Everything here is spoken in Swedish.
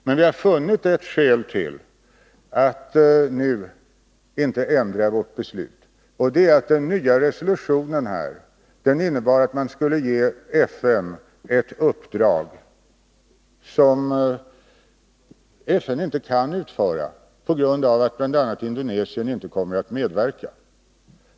Men vi har funnit ytterligare ett skäl till att nu inte ändra vårt beslut. Det är att den nya resolutionen innebar att man skulle ge FN ett uppdrag som FN inte kan utföra på grund av att bl.a. Indonesien inte kommer att medverka.